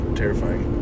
terrifying